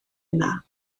yna